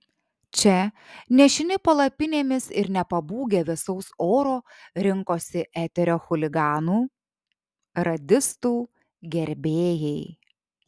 čia nešini palapinėmis ir nepabūgę vėsaus oro rinkosi eterio chuliganų radistų gerbėjai